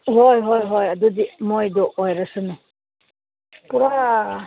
ꯍꯣꯏ ꯍꯣꯏ ꯍꯣꯏ ꯑꯗꯨꯗꯤ ꯃꯣꯏꯗꯣ ꯑꯣꯏꯔꯁꯅꯨ ꯄꯨꯔꯥ